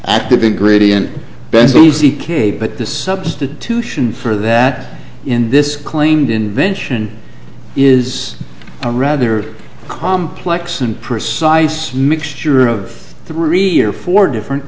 active ingredient bessie's ek but the substitution for that in this claimed invention is a rather complex and precise mixture of three or four different